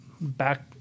back